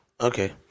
Okay